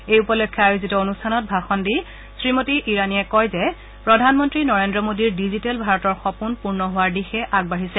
এই উপলক্ষে আয়োজিত অনুষ্ঠানত ভাষণ দি শ্ৰীমতী ইৰাণী কয় যে প্ৰধানমন্ত্ৰী নৰেন্দ্ৰ মোডীৰ ডিজিটেল ভাৰতৰ সপোন পূৰ্ণ হোৱাৰ দিশে আগবাঢ়িছে